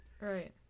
Right